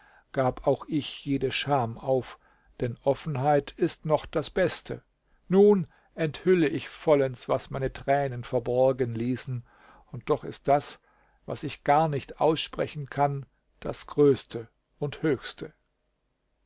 gab auch ich jede scham auf denn offenheit ist noch das beste nun enthülle ich vollends was meine tränen verborgen ließen und doch ist das was ich gar nicht aussprechen kann das größte und höchste